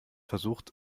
versucht